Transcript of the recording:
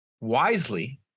wisely